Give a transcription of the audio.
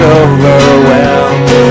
overwhelmed